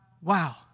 Wow